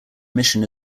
omission